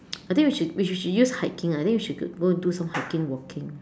I think we should we should use hiking ah then we should go and do some hiking walking